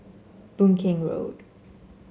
Boon Keng Road